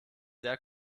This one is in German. sehr